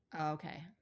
Okay